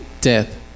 death